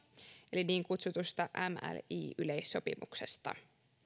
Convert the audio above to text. eli niin kutsutusta mli yleissopimuksesta